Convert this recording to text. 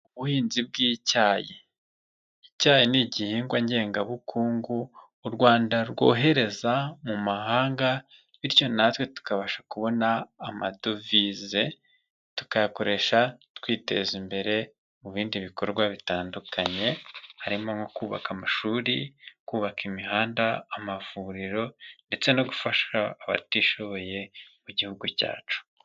Ubuhinzi bw'icyayi, icyayi ni igihingwa ngengabukungu u Rwanda rwohereza mu mahanga bityo natwe tukabasha kubona amadovize, tukayakoresha twiteza imbere mu bindi bikorwa bitandukanye, harimo nko: kubaka amashuri, kubaka imihanda, amavuriro ndetse no gufasha abatishoboye mu Gihugu cyacu.